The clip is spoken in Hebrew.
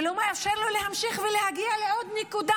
להמשיך ולהגיע לעוד נקודה?